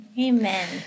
Amen